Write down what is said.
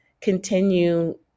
continue